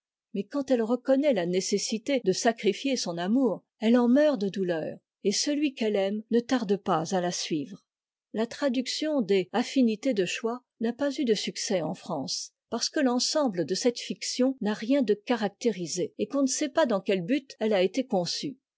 mais quand elle reconnaît la nécessité de sacrifier son amour elle en meurt de douleur et celui qu'elle aime ne tarde pas à la suivre la traduction des mm m cle choix n'a point eu de succès en france parce que l'ensemble de cette fiction n'a rien de caractérisé et qu'on ne sait pas dans quel but elle a été conçue